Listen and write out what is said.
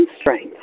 strength